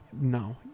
no